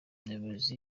umuyobozi